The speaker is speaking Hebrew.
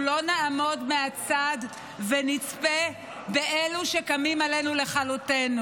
לא נעמוד מהצד ונצפה באלו שקמים עלינו לכלותנו.